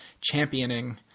championing